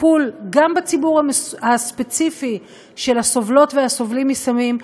טיפול גם בציבור הספציפי של הסובלות והסובלים מסמים,